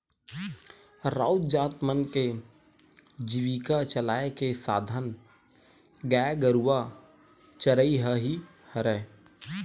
राउत जात मन के जीविका चलाय के साधन गाय गरुवा चरई ह ही हरय